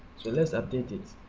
so let's update it.